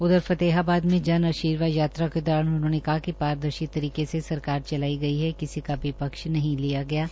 उधर फतेहाबाद में जन आर्शीवाद यात्रा के दौरान उन्होंने कहा कि पारदर्शी तरीके से सरकार चलाई गई है और किसी का भी पक्ष नहीं लिया है